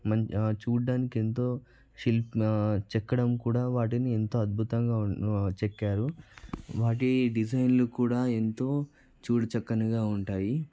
మం చూడడానికి ఎంతో శిల్పి చక్కడం కూడా వాటిని ఎంతో అద్భుతంగా చెక్కారు వాటి డిజైన్లు కూడా ఎంతో చూడచక్కగా ఉంటాయి